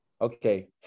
okay